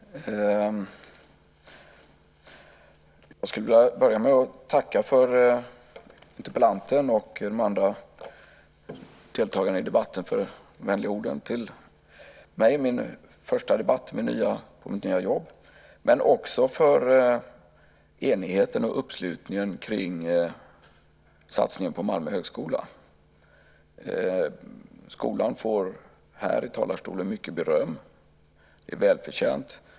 Fru talman! Jag skulle vilja börja med att tacka interpellanten och de andra deltagarna i debatten för de vänliga orden till mig i min första debatt i mitt nya jobb men också för enigheten och uppslutningen kring satsningen på Malmö högskola. Skolan får här i talarstolen mycket beröm. Det är välförtjänt.